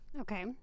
Okay